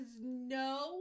no